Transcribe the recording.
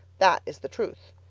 that is the truth.